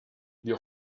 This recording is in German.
wir